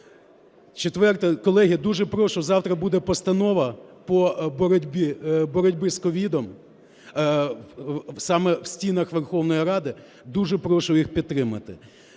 Четверте. Колеги, дуже прошу, завтра буде Постанова по боротьбі з COVID саме в стінах Верховної Ради, дуже прошу її підтримати.